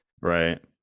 Right